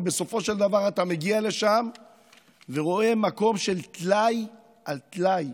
ובסופו של דבר אתה מגיע לשם ורואה מקום של טלאי על טלאי,